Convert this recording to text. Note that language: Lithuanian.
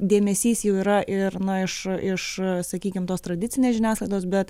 dėmesys jau yra ir na iš iš sakykim tos tradicinės žiniasklaidos bet